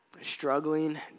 struggling